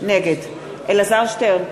נגד אלעזר שטרן,